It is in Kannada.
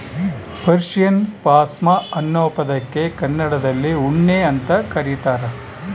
ಪರ್ಷಿಯನ್ ಪಾಷ್ಮಾ ಅನ್ನೋ ಪದಕ್ಕೆ ಕನ್ನಡದಲ್ಲಿ ಉಣ್ಣೆ ಅಂತ ಕರೀತಾರ